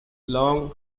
long